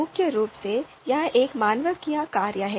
मुख्य रूप से यह एक मानवीय कार्य है